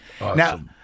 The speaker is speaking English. Now